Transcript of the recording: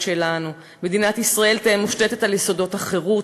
שלנו: מדינת ישראל תהא מושתתת על יסודות החירות,